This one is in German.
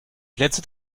plätze